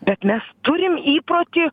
bet mes turim įprotį